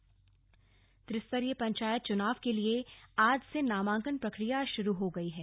पंचायत चुनाव त्रिस्तरीय पंचायत चुनाव के लिए आज से नामांकन प्रक्रिया शुरू हो गयी है